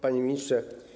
Panie Ministrze!